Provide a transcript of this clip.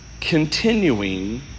continuing